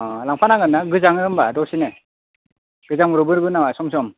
अ' लांफा नांगोन ना होनबा गोजांङो दसेनो गोजां ब्रबो नामा सम सम